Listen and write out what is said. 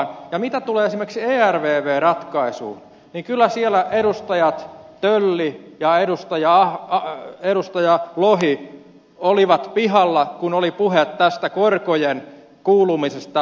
ja mitä tulee esimerkiksi ervv ratkaisuun niin kyllä siellä edustaja tölli ja edustaja lohi olivat pihalla kun oli puhe tästä korkojen kuulumisesta takausvastuisiin